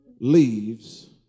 leaves